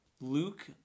Luke